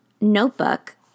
notebook